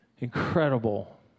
incredible